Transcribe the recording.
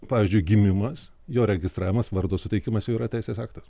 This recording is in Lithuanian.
pavyzdžiui gimimas jo registravimas vardo suteikimas jau yra teisės aktas